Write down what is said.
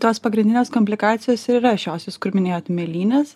tos pagrindinės komplikacijos ir yra šiosios kur minėjot mėlynes